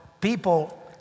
people